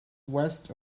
west